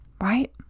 Right